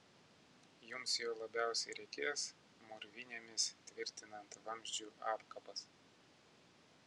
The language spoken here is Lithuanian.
jums jo labiausiai reikės mūrvinėmis tvirtinant vamzdžių apkabas